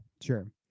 Sure